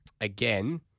again